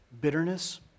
Bitterness